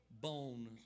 bone